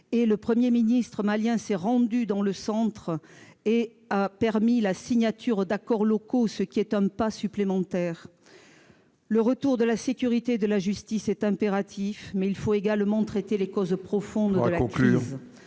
le Premier ministre malien s'est rendu dans cette région et a permis la signature d'accords locaux, ce qui est un pas supplémentaire. Le retour de la sécurité et de la justice est impératif, mais il faut également traiter les causes profondes de la crise,